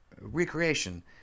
recreation